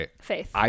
faith